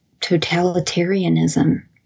totalitarianism